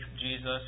Jesus